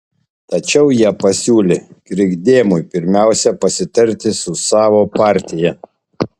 tačiau jie pasiūlė krikdemui pirmiausia pasitarti su savo partija